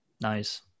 Nice